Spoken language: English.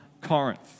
Corinth